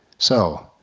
so